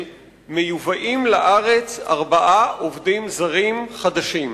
מיובאים לארץ ארבעה עובדים זרים חדשים.